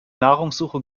nahrungssuche